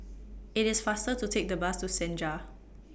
IT IS faster to Take The Bus to Senja